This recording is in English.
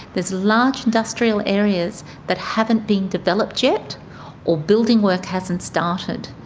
there's large industrial areas that haven't been developed yet or building work hasn't started.